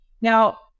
Now